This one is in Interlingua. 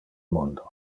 mundo